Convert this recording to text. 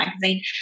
magazine